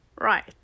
Right